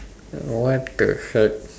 what the heck